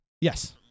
Yes